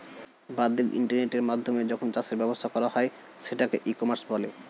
বাদ্দিক ইন্টারনেটের মাধ্যমে যখন চাষের ব্যবসা করা হয় সেটাকে ই কমার্স বলে